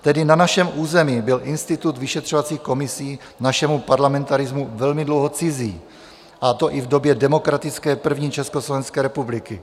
Tedy na našem území byl institut vyšetřovacích komisí našemu parlamentarismu velmi dlouho cizí, a to i v době demokratické první Československé republiky.